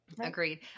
Agreed